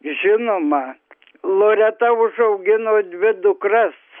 žinoma loreta užaugino dvi dukras